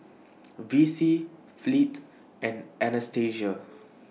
Vicy Fleet and Anastasia